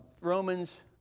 Romans